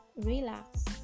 relax